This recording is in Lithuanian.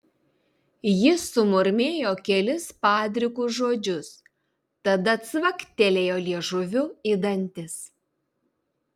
jis sumurmėjo kelis padrikus žodžius tada cvaktelėjo liežuviu į dantis